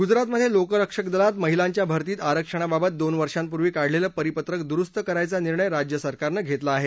गुजरातमधे लोकरक्षक दलात महिलांच्या भर्तीत आरक्षणाबाबत दोन वर्षापूर्वी काढलेलं परिपत्रक दुरुस्त करायचा निर्णय राज्यसरकारनं घेतला आहे